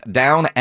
down